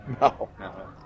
No